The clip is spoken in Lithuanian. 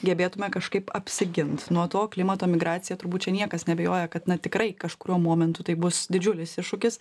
gebėtume kažkaip apsigint nuo to klimato migracija turbūt čia niekas neabejoja kad na tikrai kažkuriuo momentu tai bus didžiulis iššūkis